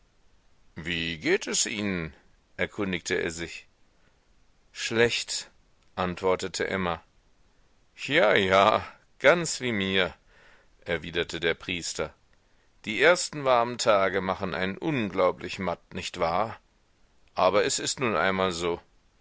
wie geht es ihnen erkundigte er sich schlecht antwortete emma ja ja ganz wie mir erwiderte der priester die ersten warmen tage machen einen unglaublich matt nicht wahr aber es ist nun einmal so